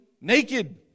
naked